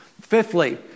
Fifthly